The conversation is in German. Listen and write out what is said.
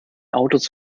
autos